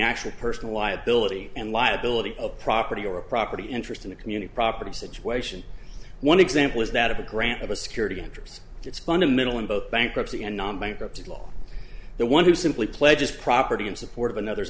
actual person y ability and liability a property or a property interest in a community property situation one example is that of a grant of a security interest it's fundamental in both bankruptcy and non bankruptcy law the one who simply pledges property in support of another's